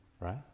right